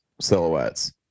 silhouettes